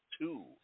two